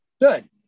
good